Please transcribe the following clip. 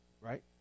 Right